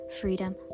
freedom